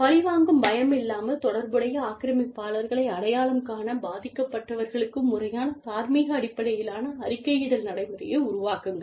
பழிவாங்கும் பயம் இல்லாமல் தொடர்புடைய ஆக்கிரமிப்பாளர்களை அடையாளம் காணப் பாதிக்கப்பட்டவர்களுக்கு முறையான தார்மீக அடிப்படையிலான அறிக்கையிடல் நடைமுறையை உருவாக்குங்கள்